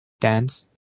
dance